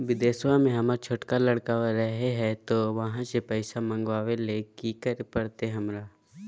बिदेशवा में हमर छोटका लडकवा रहे हय तो वहाँ से पैसा मगाबे ले कि करे परते हमरा?